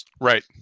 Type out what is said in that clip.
Right